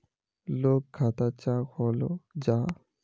लोग खाता चाँ खोलो जाहा?